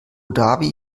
dhabi